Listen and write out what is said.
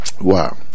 Wow